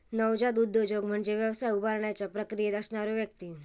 नवजात उद्योजक म्हणजे व्यवसाय उभारण्याच्या प्रक्रियेत असणारो व्यक्ती